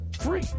Free